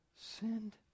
sinned